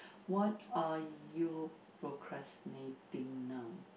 what are you procrastinating now